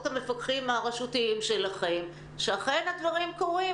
המפקחים הרשותיים שלכם שאכן הדברים קורים.